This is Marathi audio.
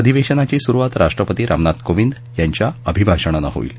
अधिवेशनाची सुरुवात राष्ट्रपती रामनाथ कोविंद यांच्या अभिभाषणानं होईल